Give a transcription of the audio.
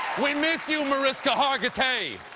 we miss you, mariska hargitay.